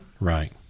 Right